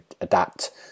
adapt